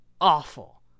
awful